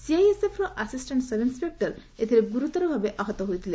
ସିଆଇଏସ୍ଏଫ୍ର assistant sub inspector ଏଥିରେ ଗୁରୁତର ଭାବେ ଆହତ ହୋଇଥିଲେ